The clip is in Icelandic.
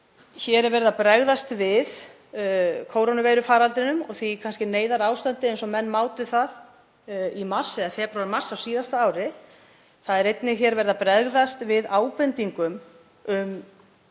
Hér er verið að bregðast við kórónuveirufaraldrinum og því neyðarástandi eins og menn mátu það í febrúar eða mars á síðasta ári. Það er einnig verið að bregðast við ábendingum um skort